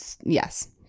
Yes